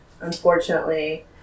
unfortunately